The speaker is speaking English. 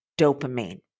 dopamine